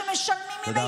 נא לסיים.